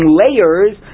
layers